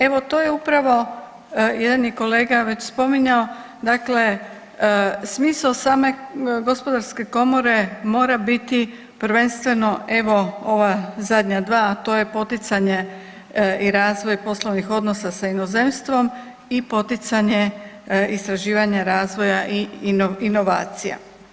Evo to je upravo, jedan je kolega već spominjao dakle smisao same Gospodarske komore mora biti prvenstveno evo ova zadnja dva, a to je poticanje i razvoj poslovnih odnosa sa inozemstvom i poticanje istraživanja razvoja i inovacija.